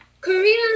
korea